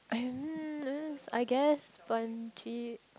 I um I guess bungee